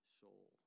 soul